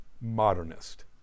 Modernist